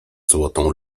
złotą